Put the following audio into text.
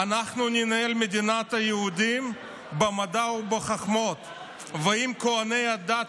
"אנחנו ננהל את מדינת היהודים במדע ובחוכמות ואם כוהני הדת